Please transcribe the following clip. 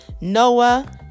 Noah